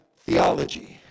theology